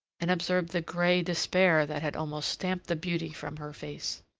and observed the grey despair that had almost stamped the beauty from her face.